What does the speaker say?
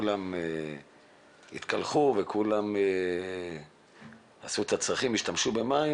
כשכולם התקלחו והשתמשו במים,